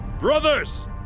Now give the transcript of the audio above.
Brothers